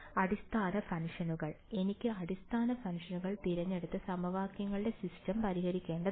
അടിസ്ഥാന ഫംഗ്ഷനുകൾ എനിക്ക് അടിസ്ഥാന ഫംഗ്ഷനുകൾ തിരഞ്ഞെടുത്ത് സമവാക്യങ്ങളുടെ സിസ്റ്റം പരിഹരിക്കേണ്ടതുണ്ട്